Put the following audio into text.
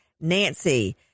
nancy